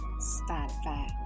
Spotify